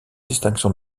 distinction